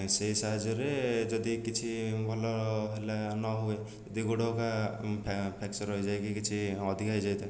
ସେଇ ସାହାଯ୍ୟରେ ଯଦି କିଛି ଭଲ ହେଲା ନ ହୁଏ ଯଦି ଗୋଡ଼ ହେଙ୍କା ଫ୍ରାକ୍ଚର୍ ହେଇଯାଏ କି କିଛି ଅଧିକା ହେଇଯାଇଥାଏ